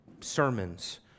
sermons